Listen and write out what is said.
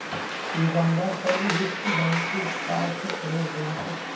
युगांडार पर विश्व बैंकेर चार सौ करोड़ ऋण छेक